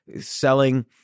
selling